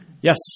Yes